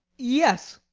yes.